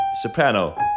Soprano